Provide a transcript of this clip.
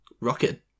rocket